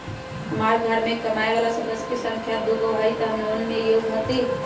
हमार घर मैं कमाए वाला सदस्य की संख्या दुगो हाई त हम लोन लेने में योग्य हती?